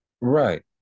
right